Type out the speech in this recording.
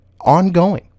ongoing